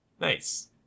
Nice